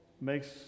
makes